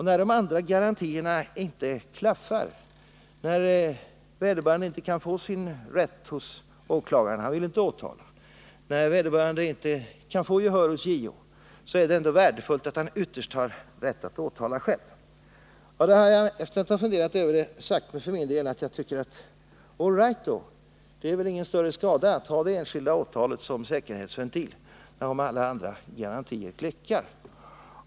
När de andra garantierna inte klaffar, när vederbörande inte kan få åklagaren att åtala eller när vederbörande inte kan få gehör för sin sak hos JO, är det värdefullt att han ytterst har rätt att åtala själv. Efter att ha funderat på detta har jag sagt mig att det väl inte är någon större skada att ha det enskilda åtalet som säkerhetsventil om alla andra garantier klickar.